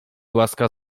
łaska